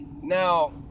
Now